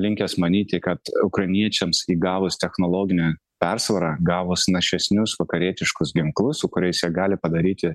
linkęs manyti kad ukrainiečiams įgavus technologinę persvarą gavus našesnius vakarietiškus ginklus su kuriais jie gali padaryti